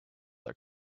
that